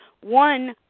One